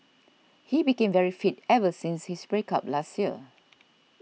he became very fit ever since his break up last year